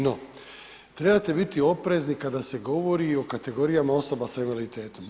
No, trebate biti oprezni kada se govori i o kategorijama osoba s invaliditetom.